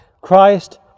Christ